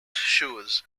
shows